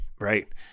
right